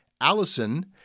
Allison